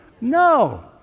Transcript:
No